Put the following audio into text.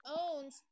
owns